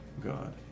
God